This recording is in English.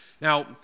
Now